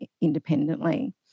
independently